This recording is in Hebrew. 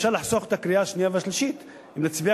אפשר לחסוך את הקריאה השנייה והשלישית אם נצביע